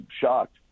shocked